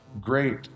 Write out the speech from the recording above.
great